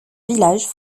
villages